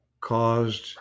caused